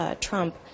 Trump